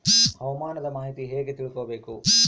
ಹವಾಮಾನದ ಮಾಹಿತಿ ಹೇಗೆ ತಿಳಕೊಬೇಕು?